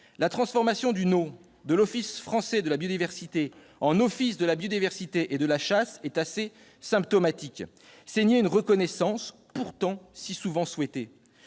La transformation du nom de l'Office français de la biodiversité en Office de la biodiversité et de la chasse est assez symptomatique : cela revient à nier une reconnaissance pourtant si souvent souhaitée.